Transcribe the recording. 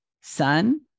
sun